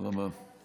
תודה רבה.